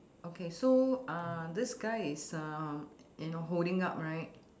okay so uh this guy is uh you know holding up right